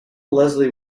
leslie